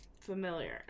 familiar